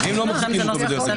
רק אז צריך היתר.